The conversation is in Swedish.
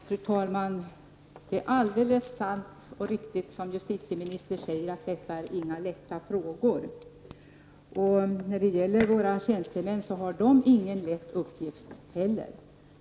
Fru talman! Det är sant och riktigt, som justitieministern säger, att detta inte är några lätta frågor. Och våra tjänstemän har inte någon lätt uppgift heller.